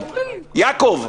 יעקב,